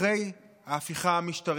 אחרי ההפיכה המשטרית,